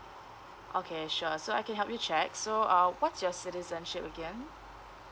okay sure so I can help you check so uh what's your citizenship again